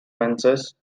fences